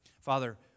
Father